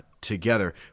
together